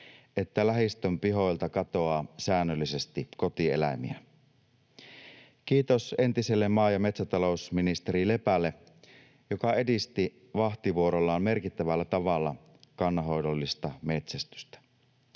että lähistön pihoilta katoaa säännöllisesti kotieläimiä. Kiitos entiselle maa- ja metsätalousministeri Lepälle, joka edisti vahtivuorollaan merkittävällä tavalla kannanhoidollista metsästystä.